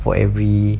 for every